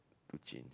to change